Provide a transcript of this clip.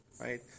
right